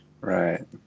right